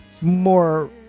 more